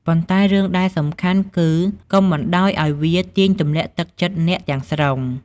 ប៉ុន្តែ រឿងដែលសំខាន់គឺ កុំបណ្តោយឲ្យវាទាញទម្លាក់ទឹកចិត្តអ្នកទាំងស្រុង។